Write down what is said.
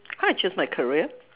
how I choose my career